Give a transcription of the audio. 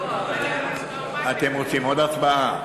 אתם רוצים עוד הצבעה?